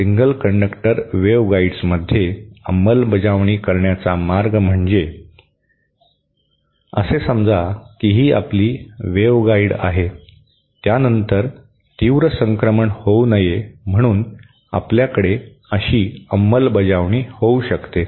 single conductor वेव्हगाईडसमध्ये अंमलबजावणी करण्याचा मार्ग म्हणजे असे समजा की ही आपली वेव्हगाइड आहे त्यानंतर तीव्र संक्रमण होऊ नये म्हणून आपल्याकडे अशी अंमलबजावणी होऊ शकते